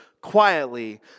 quietly